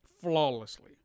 Flawlessly